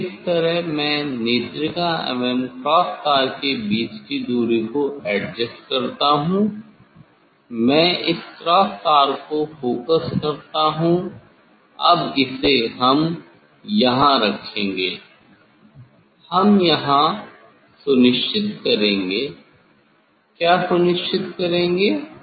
विद्यार्थी इस तरह मैं नेत्रिका एवं क्रॉस तार के बीच की दूरी को एडजस्ट करता हूं मैं इस क्रॉस तार को फोकस करता हूं अब इसे हम यहां रखेंगे हम यहाँ सुनिश्चित करेंगे क्या सुनिश्चित करेंगे